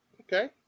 Okay